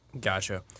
Gotcha